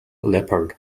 leppard